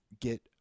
get